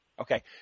Okay